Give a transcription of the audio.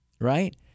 Right